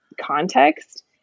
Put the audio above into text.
context